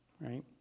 right